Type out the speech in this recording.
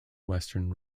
western